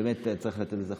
באמת, צריך לתת לזה חשיבות.